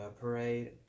parade